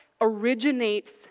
originates